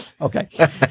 Okay